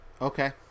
Okay